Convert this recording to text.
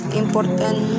important